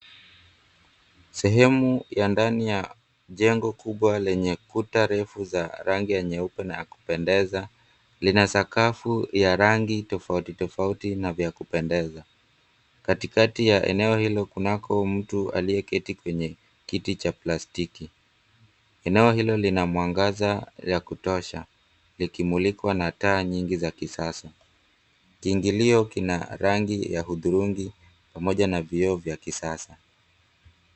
Sehemu ya ndani ya jengo kubwa lenye kuta refu za rangi ya nyeupe na ya kupendeza, lina sakafu ya rangi tofauti tofauti na vya kupendeza. Katikati ya eneo hilo kunako mtu aliyeketi kwenye kiti cha plastiki. Eneo hilo lina mwangaza ya kutosha likimulikwa na taa nyingi za kisasa. Kiingilio kina rangi ya hudhurungi pamoja na vioo vya kisasa.